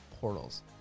portals